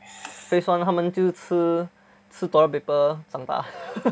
phase one 他们就吃吃 toilet paper 长大